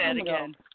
again